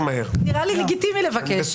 נראה לי לגיטימי לבקש.